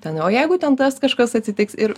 ten o jeigu ten tas kažkas atsitiks ir